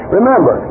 Remember